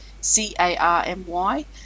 C-A-R-M-Y